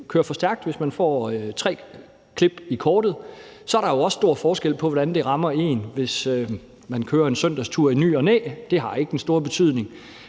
kører for stærkt og man får tre klip i kortet, er der jo også stor forskel på, hvordan det rammer en. Hvis man kører en søndagstur i ny og næ, har det ikke den store betydning,